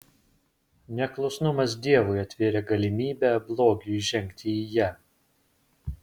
neklusnumas dievui atvėrė galimybę blogiui įžengti į ją